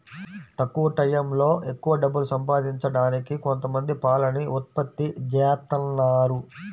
తక్కువ టైయ్యంలో ఎక్కవ డబ్బులు సంపాదించడానికి కొంతమంది పాలని ఉత్పత్తి జేత్తన్నారు